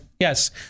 Yes